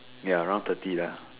ya around thirty lah